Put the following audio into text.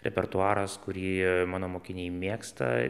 repertuaras kurį mano mokiniai mėgsta